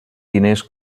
diners